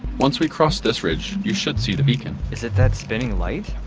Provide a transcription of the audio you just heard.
once we cross this ridge, you should see the beacon is it that spinning light?